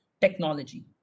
technology